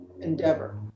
endeavor